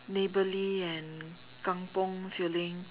neighbourly and kampung feeling